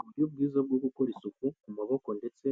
Uburyo bwiza bwo gukora isuku ku maboko ndetse